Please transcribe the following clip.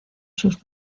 sus